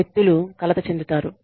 వ్యక్తులు కలత చెందుతారు